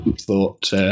thought